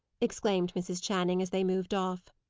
exclaimed mrs. channing, as they moved off.